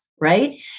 right